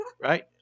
Right